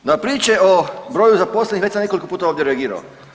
Na priče o broju zaposlenih već sam nekoliko puta ovdje reagirao.